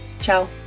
Ciao